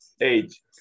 age